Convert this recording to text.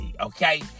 okay